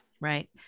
Right